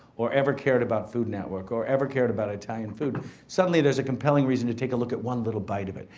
or ever cared about food network or ever cared about italian food suddenly, there's a compelling reason to take a look at one little bite of it.